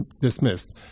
dismissed